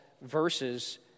verses